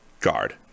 guard